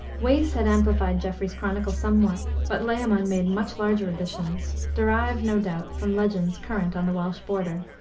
wace had amplified geoffrey's chronicle somewhat, but layamon made much larger additions, derived, no doubt, from legends current on the welsh border.